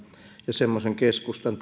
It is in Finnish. semmoisen keskustan